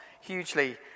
hugely